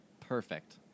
Perfect